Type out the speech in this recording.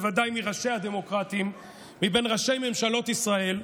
בוודאי מראשי הדמוקרטים מבין ראשי ממשלות ישראל,